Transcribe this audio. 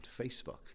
facebook